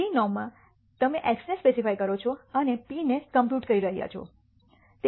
p-norm માં તમે x ને સ્પેસિફાય કરો છો અને પી ને કમ્પ્યુટ કરી રહ્યા છો